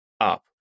up